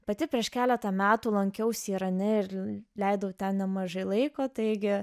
pati prieš keletą metų lankiausi irane ir leidau ten nemažai laiko taigi